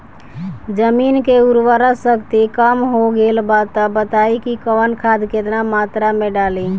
जमीन के उर्वारा शक्ति कम हो गेल बा तऽ बताईं कि कवन खाद केतना मत्रा में डालि?